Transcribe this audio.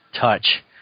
touch